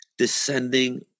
descending